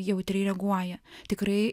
jautriai reaguoja tikrai